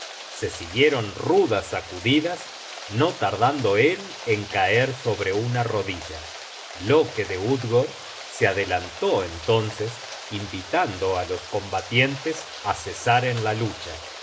se siguieron rudas sacudidas no tardando él en caer sobre una rodilla loke de utgord se adelantó entonces invitando á los combatientes á cesar en la lucha